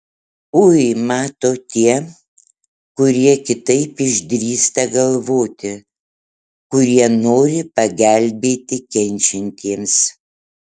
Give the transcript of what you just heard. ui mato tie kurie kitaip išdrįsta galvoti kurie nori pagelbėti kenčiantiems